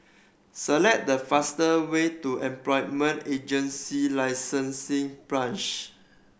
select the faster way to Employment Agency Licensing Branch